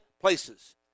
places